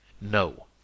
No